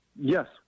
Yes